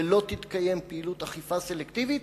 ולא תתקיים פעילות אכיפה סלקטיבית.